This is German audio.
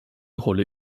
rolle